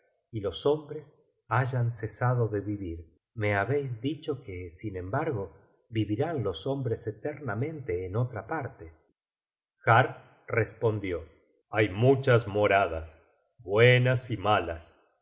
y los hombres hayan cesado de vivir me habeis dicho que sin embargo vivirán los hombres eternamente en otra parte har respondió hay muchas moradas buenas y malas